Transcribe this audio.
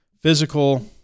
physical